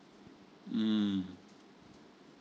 mm